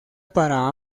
para